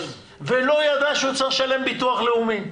ולא ידע שהוא צריך לשלם ביטוח לאומי?